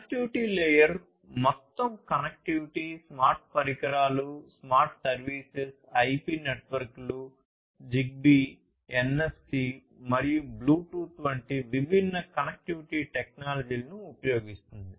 connectivity layer మొత్తం connectivity smart పరికరాలు smart services IP నెట్వర్క్లు జిగ్బీ ఎన్ఎఫ్సి మరియు బ్లూటూత్ వంటి విభిన్న కనెక్టివిటీ టెక్నాలజీలను ఉపయోగిస్తుంది